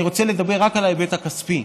אני רוצה לדבר רק על ההיבט הכספי,